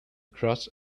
cross